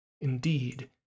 indeed